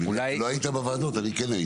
לא היית בוועדות, אני כן הייתי.